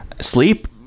Sleep